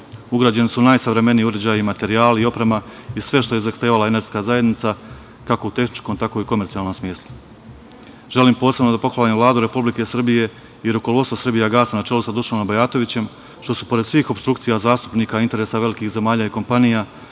Ugrađeni su najsavremeniji uređaji, materijali, oprema i sve što je zahtevala Energetska zajednica, kako u tehničkom, tako i u komercijalnom smislu. Želim posebno da pohvalim Vladu Republike Srbije i rukovodstvo Srbijagasa, na čelu sa Dušanom Bajatovićem, što su pored svih opstrukcija zastupnika, interesa velikih zemalja i kompanija